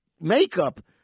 makeup